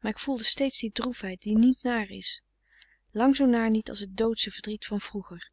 maar ik voelde steeds die droefheid die niet naar is lang zoo naar niet als het doodsche verdriet van vroeger